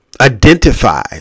identify